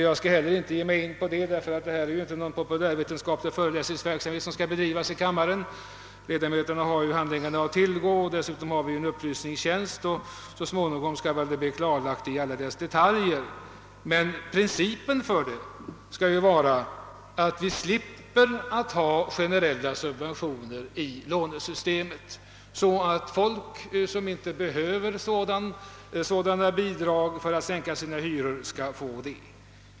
Jag skall inte heller ge mig in på det; vi bör inte hålla populärvetenskapliga föreläsningar här i kammaren. Ledamöterna har ju handlingarna att tillgå, det finns en upplysningstjänst, och så småningom skall man väl få ett grepp om detta system i alla dess detaljer. Principen är emellertid att vi genom detta system skall slippa ha generella subventioner och därigenom undvika att lämna bidrag till personer som inte behöver ha sådana.